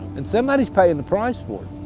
and somebody's paying the price for